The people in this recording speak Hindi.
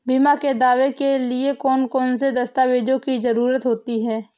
बीमा के दावे के लिए कौन कौन सी दस्तावेजों की जरूरत होती है?